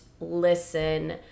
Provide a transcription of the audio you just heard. listen